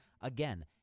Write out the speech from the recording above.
Again